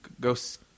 Ghost